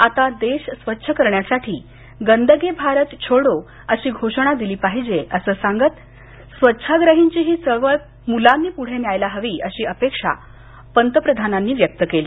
आता देश स्वच्छ करण्यासाठी गंदगी भारत छोडो अशी घोषणा दिली पाहिजे असं सांगत स्वच्छाग्रहींची ही चळवळ मुलांनी पुढे न्यायला हवी अशी अपेक्षा पंतप्रधानांनी व्यक्त केली